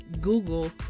Google